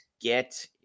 get